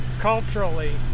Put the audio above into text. culturally